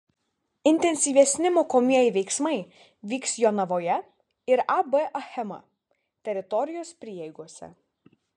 intensyvesni mokomieji veiksmai vyks jonavoje ir ab achema teritorijos prieigose